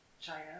China